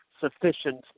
sufficient